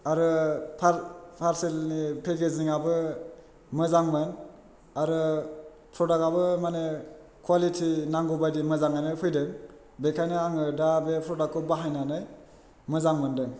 आरो पार पारसेलनि पेकेजिंआबो मोजांमोन आरो प्रदाकआबो माने कवालिटि नांगौ बायदि मोजाङैनो फैदों बेखायनो आङो दा बे प्रदाकखौ बाहायनानै मोजां मोन्दों